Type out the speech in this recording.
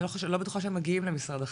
אני לא בטוחה שהם מגיעים למשרד החינוך.